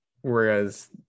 Whereas